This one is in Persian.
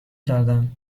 کردم